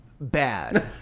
Bad